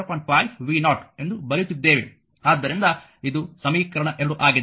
5 v0 ಎಂದು ಬರೆಯುತ್ತಿದ್ದೇವೆ ಆದ್ದರಿಂದ ಇದು ಸಮೀಕರಣ 2 ಆಗಿದೆ